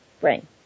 brain